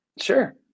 Sure